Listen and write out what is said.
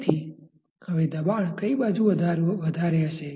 તેથી હવે દબાણ કઈ બાજુ વધારે હશે